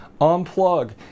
Unplug